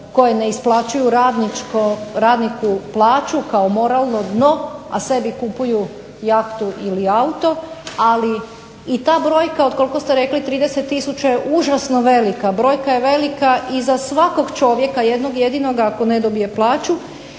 koje ne isplaćuju radniku plaću kao moralno dno, a sebi kupuju jahtu ili auto. Ali i ta brojka od koliko ste rekli 30000 je užasno velika, brojka je velika i za svakog čovjeka jednog jedinoga ako ne dobije plaću